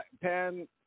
pan